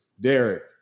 Derek